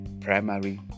primary